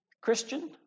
Christian